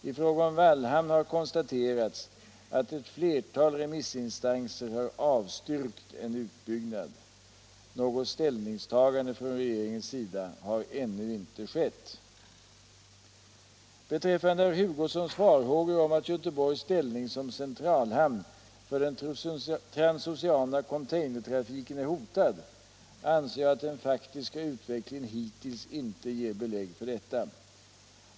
I fråga om Wallhamn kan konstateras att ett flertal remissinstanser har avstyrkt en utbyggnad. Något ställningstagande från regeringens sida har ännu inte skett. Beträffande herr Hugossons farhågor att Göteborgs ställning som centralhamn för den transoceana containertrafiken är hotad anser jag att den faktiska utvecklingen hittills inte ger belägg för detta.